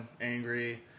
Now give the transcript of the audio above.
angry